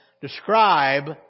describe